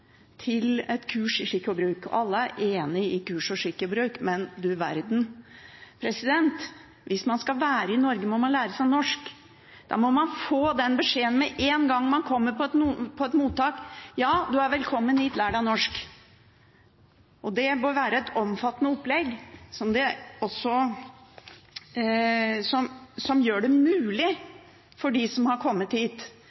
til et kurs i skikk og bruk. Alle er enige om kurs i skikk og bruk, men du verden – hvis man skal være i Norge, må man lære seg norsk. Da må man få den beskjeden med en gang man kommer på et mottak: Ja, du er velkommen hit – lær deg norsk! Det bør være et omfattende opplegg som gjør det